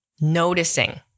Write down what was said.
Noticing